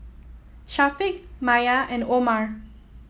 Syafiq Maya and Omar